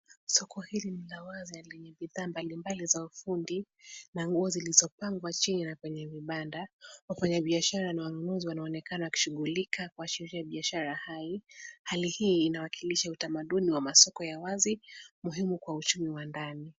Soko hili ni la wazi na lenye bidhaa mbalimbali za ufundi na nguo zilizopangwa chini na kwenye vibanda. Wafanyabiashara na wanunuzi wanaonekana wakishughulika kuashiria biashara hai. Hali hii inawakilisha utamaduni wa masoko ya wazi, muhimu kwa uchumi wa ndani.